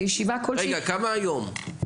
כמה היום?